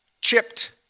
chipped